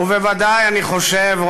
ובוודאי אני חושב,